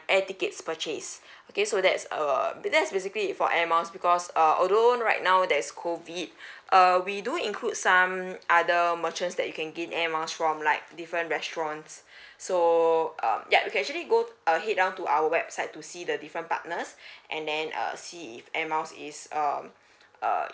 air tickets purchase okay so that's err that's basically for air miles because uh although right now there's COVID uh we do include some other merchants that you can gain air miles from like different restaurants so uh ya you can actually go head down to our website to see the different partners and then uh see if air miles is um uh